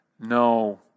No